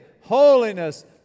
holiness